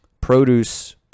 produce